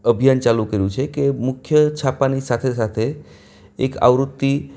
અભિયાન ચાલુ કર્યું છે કે મુખ્ય છાપાની સાથે સાથે એક આવૃત્તિ